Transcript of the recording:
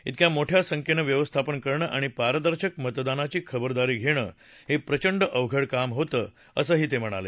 तिक्या मोठ्या संख्येचं व्यवस्थापन करणं आणि पारदर्शक मतदानाची खबरदारी घेणं हे प्रचंड अवघड काम होतं असंही मुखर्जी म्हणाले